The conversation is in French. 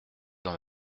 dans